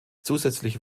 zusätzlich